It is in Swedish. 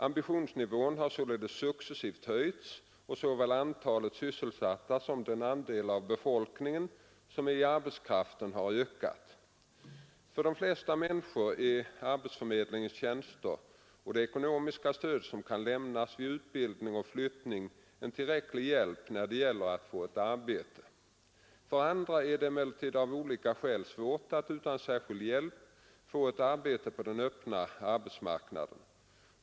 Ambitionsnivån har således successivt höjts och såväl antalet sysselsatta som den andel av befolkningen som är i arbetskraften har ökat. För de flesta människor är arbetsförmedlingens tjänster och det ekonomiska stöd som kan lämnas vid utbildning och flyttning en tillräcklig hjälp när det gäller att få ett arbete. För andra är det emellertid av olika skäl svårt att utan särskild hjälp få ett arbete på den öppna arbetsmarknaden.